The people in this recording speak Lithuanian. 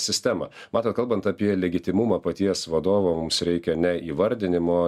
sistemą matot kalbant apie legitimumą paties vadovo mums reikia ne įvardinimo